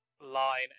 line